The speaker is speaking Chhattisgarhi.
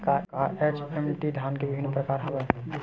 का एच.एम.टी धान के विभिन्र प्रकार हवय?